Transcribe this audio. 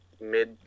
mid